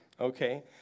okay